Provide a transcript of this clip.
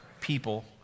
people